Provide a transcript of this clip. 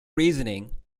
reasoning